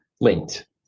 linked